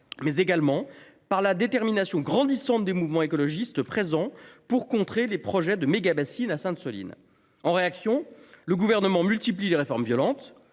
vu aussi dans la détermination grandissante des mouvements écologistes venus contrer les projets de mégabassines à Sainte Soline. En réaction, le Gouvernement multiplie les réformes violentes